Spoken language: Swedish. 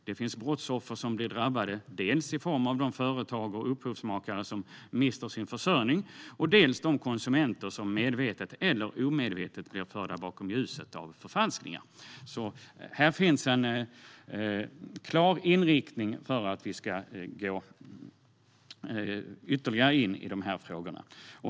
Det finns brottsoffer som blir drabbade dels i form av de företag och upphovsmakare som mister sin försörjning, dels de konsumenter som medvetet eller omedvetet blir förda bakom ljuset av förfalskningar. Här finns en klar inriktning att vi ska gå ytterligare in i de frågorna.